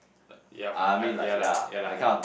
uh ya lah ya lah ya